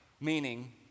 Meaning